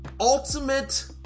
ultimate